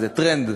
איזה טרנד,